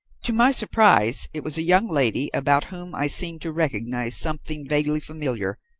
to my surprise it was a young lady about whom i seemed to recognize something vaguely familiar,